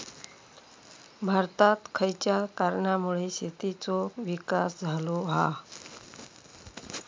भारतात खयच्या कारणांमुळे शेतीचो विकास झालो हा?